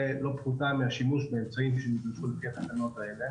לא פחותה מהשימוש באמצעים לפי התקנות האלה.